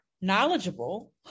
knowledgeable